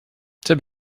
c’est